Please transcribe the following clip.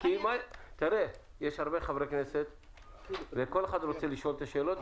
יש הרבה חברי כנסת וכל אחד רוצה לשאול שאלות.